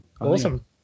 Awesome